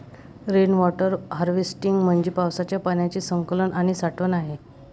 rain water harvesting म्हणजे पावसाच्या पाण्याचे संकलन आणि साठवण आहे